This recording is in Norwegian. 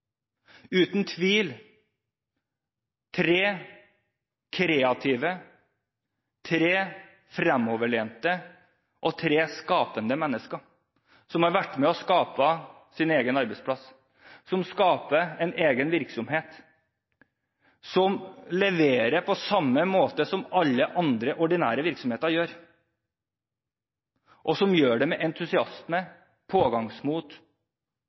uten tvil tre kreative, fremoverlente og skapende mennesker som har vært med på å skape sin egen arbeidsplass, som skaper en egen virksomhet, som leverer på samme måte som alle andre ordinære virksomheter gjør, og som gjør det med entusiasme, pågangsmot